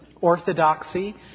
orthodoxy